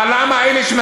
אבל למה אתם,